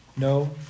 No